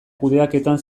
kudeaketan